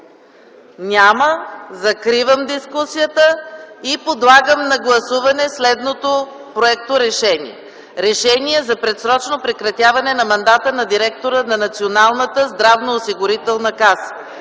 Няма. Закривам дискусията. Подлагам на гласуване следното проекторешение: „РЕШЕНИЕ за предсрочно прекратяване на мандата на директора на Националната здравноосигурителна каса